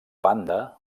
banda